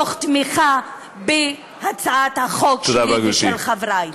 בתמיכה בהצעת החוק שלי ושל חברי.